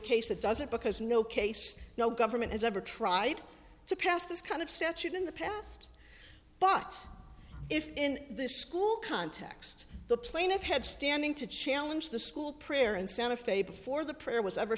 case that doesn't because no case no government has ever tried to pass this kind of statute in the past but if in this school context the plaintiff had standing to challenge the school prayer in santa fe before the prayer was ever